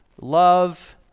love